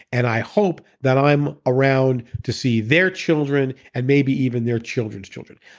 and i hope that i'm around to see their children and maybe even their children's children.